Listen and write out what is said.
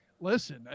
listen